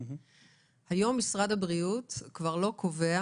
היום משרד הבריאות כבר לא קובע